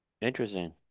Interesting